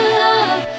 love